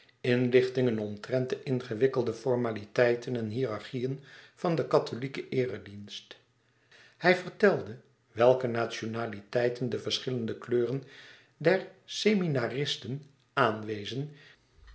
inlichtingen omtrent de ingewikkelde formaliteiten en hierarchieën van den katholieken eeredienst hij vertelde welke nationaliteiten de verschillende kleuren der seminaristen aanwezen